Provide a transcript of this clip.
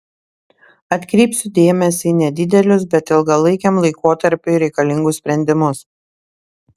atkreipsiu dėmesį į nedidelius bet ilgalaikiam laikotarpiui reikalingus sprendimus